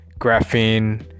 graphene